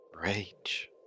rage